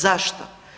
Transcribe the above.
Zašto?